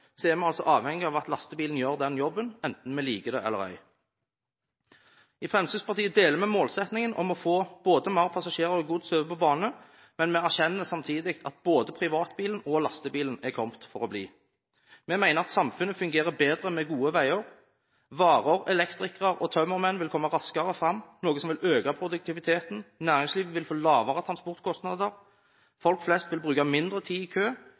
er vi altså avhengig av at lastebilen gjør jobben, enten vi liker det eller ei. I Fremskrittspartiet deler vi målsettingen om å få flere passasjerer og mer gods over på bane, men vi erkjenner samtidig at både privatbilen og lastebilen er kommet for å bli. Vi mener at samfunnet fungerer bedre med gode veier. Varer, elektrikere og tømmermenn vil komme raskere fram, noe som vil øke produktiviteten, næringslivet vil få lavere transportkostnader, folk flest vil bruke mindre tid i kø